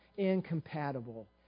incompatible